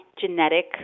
genetic